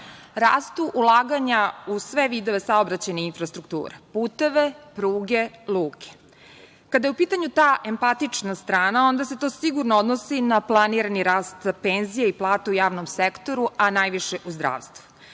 Rastu ulaganja u sve vidove saobraćajne infrastrukture, puteve, pruge, luke. Kada je u pitanju ta empatična strana, onda se to sigurno odnosi na planirani rast penzija i plata u javnom sektoru, a najviše u zdravstvu.